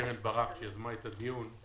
קרן ברק שיזמה את הדיון.